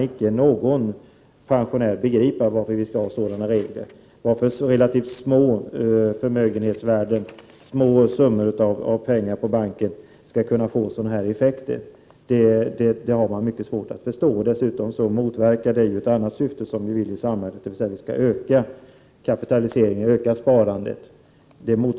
Icke någon pensionär kan begripa varför det finns sådana regler, som gör att relativt små förmögenhetsvärden och små summor pengar på banken får dessa effekter. Dessutom motverkar reglerna ett annat syfte i samhället, nämligen att öka kapitaliseringen och sparandet.